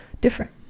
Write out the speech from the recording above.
different